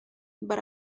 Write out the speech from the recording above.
but